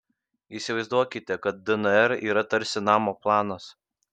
įsivaizduokite kad dnr yra tarsi namo planas